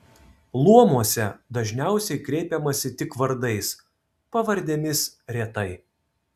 luomuose dažniausiai kreipiamasi tik vardais pavardėmis retai